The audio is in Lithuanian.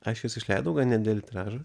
aš jos išleidau gan nedidelį tiražą